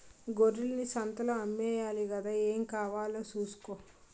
గొర్రెల్ని సంతలో అమ్మేయాలి గదా ఏం కావాలో సూసుకో